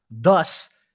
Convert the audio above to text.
Thus